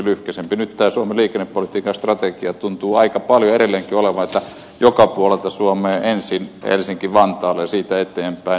nyt tämä suomen liikennepolitiikan strategia tuntuu aika paljon edelleenkin olevan sitä että joka puolelta suomea tullaan ensin helsinki vantaalle ja siitä eteenpäin